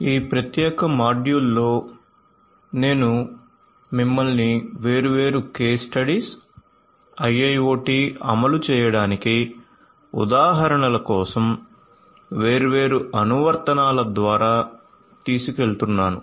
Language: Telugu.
ఈ ప్రత్యేక మాడ్యూల్ లో నేను మిమ్మల్ని వేర్వేరు కేస్ స్టడీస్ IIoT అమలు చేయడానికి ఉదాహరణల కోసం వేర్వేరు అనువర్తనాల ద్వారా తీసుకెళ్తున్నాను